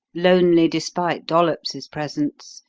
lonely despite dollops's presence,